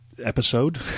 episode